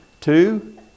Two